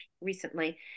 recently